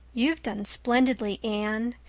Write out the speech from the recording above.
you've done splendidly, anne.